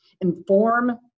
inform